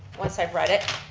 once i've read it,